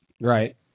Right